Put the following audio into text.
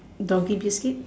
doggy biscuit